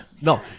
no